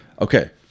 Okay